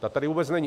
Ta tady vůbec není.